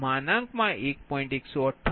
010